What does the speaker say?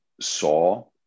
saw